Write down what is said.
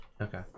okay